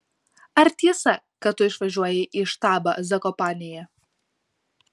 ar tiesa kad tu išvažiuoji į štabą zakopanėje